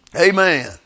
Amen